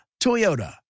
Toyota